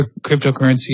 cryptocurrency